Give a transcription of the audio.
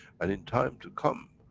and in time to come,